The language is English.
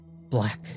black